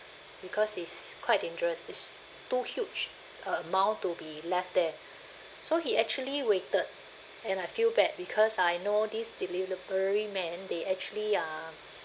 because it's quite dangerous it's too huge amount to be left there so he actually waited and I feel bad because I know these delivery men they actually are